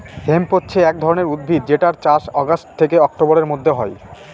hemp হছে এক ধরনের উদ্ভিদ যেটার চাষ অগাস্ট থেকে অক্টোবরের মধ্যে হয়